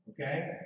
Okay